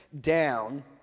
down